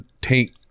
take